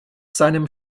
seinem